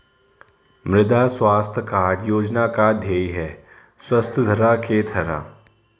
मृदा स्वास्थ्य कार्ड योजना का ध्येय है स्वस्थ धरा, खेत हरा